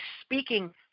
speaking